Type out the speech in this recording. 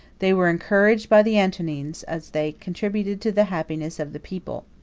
they were encouraged by the antonines, as they contributed to the happiness of the people.